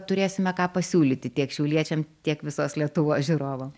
turėsime ką pasiūlyti tiek šiauliečiam tiek visos lietuvos žiūrovam